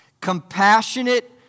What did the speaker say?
Compassionate